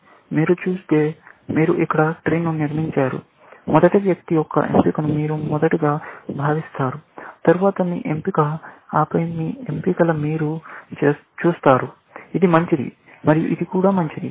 మీరు చూస్తే మీరు ఇక్కడ ట్రీ ను నిర్మించారు ఎదుటి వ్యక్తి యొక్క ఎంపికను మీరు మొదటగా భావిస్తారు తర్వాత మీ ఎంపిక ఆపై మీ ఎంపికలు మీరు చూస్తారు ఇది మంచిది మరియు ఇది కూడా మంచిది